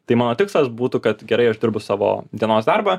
tai mano tikslas būtų kad gerai aš dirbu savo dienos darbą